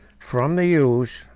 from the use,